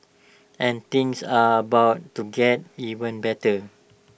and things are about to get even better